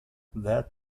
that